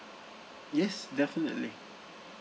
yes definitely